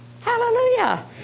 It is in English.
Hallelujah